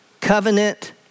covenant